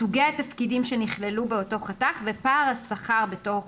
סוגי התפקידים שנכללו באותו חתך וכן פער השכר בתוך